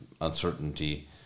uncertainty